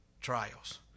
trials